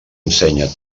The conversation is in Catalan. ensenya